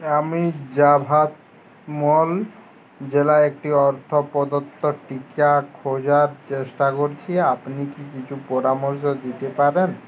আমি যাভাতমল জেলায় একটি অর্থ প্রদত্ত টিকা খোঁজার চেষ্টা করছি আপনি কি কিছু পরামর্শ দিতে পারেন